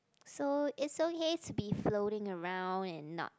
so it's okay to be floating around and not